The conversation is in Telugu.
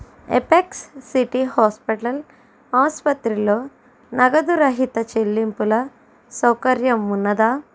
ఎపెక్స్ సిటీ హాస్పిటల్ ఆసుపత్రిలో నగదురహిత చెల్లింపుల సౌకర్యం ఉన్నదా